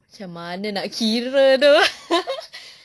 macam mana nak kira !duh!